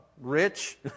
rich